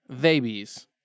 babies